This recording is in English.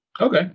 Okay